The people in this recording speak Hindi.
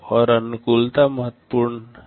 और अनुकूलता बहुत महत्वपूर्ण है